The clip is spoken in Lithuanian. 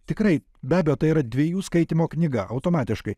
tikrai be abejo tai yra dviejų skaitymo knyga automatiškai